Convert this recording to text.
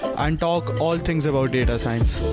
and talk all things about data science.